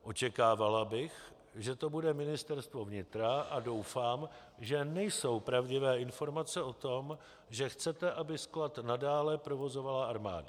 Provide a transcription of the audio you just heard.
Očekávala bych, že to bude Ministerstvo vnitra, a doufám, že nejsou pravdivé informace o tom, že chcete, aby sklad nadále provozovala armáda.